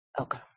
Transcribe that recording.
Okay